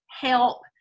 help